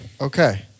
Okay